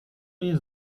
jest